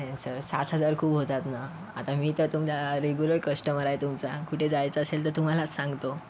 नाही ओ सर सात हजार खूप होतात ना आता मी तर तुमचा रेग्युलर कस्टमर आहे तुमचा कुठं जायचं असेल तर तुम्हालाच सांगतो